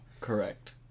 Correct